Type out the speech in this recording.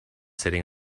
sitting